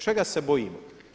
Čega se bojimo?